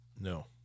No